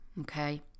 Okay